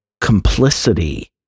complicity